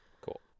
Cool